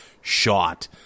shot